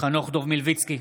חנוך דב מלביצקי,